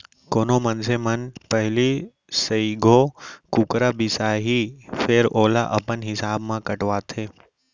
कोनो मनसे मन पहिली सइघो कुकरा बिसाहीं फेर ओला अपन हिसाब म कटवाथें